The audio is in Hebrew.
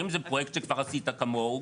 אם זה פרויקט שכבר עשית כמוהו,